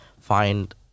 find